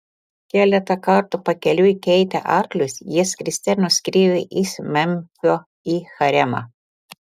keletą kartų pakeliui keitę arklius jie skriste nuskriejo iš memfio į haremą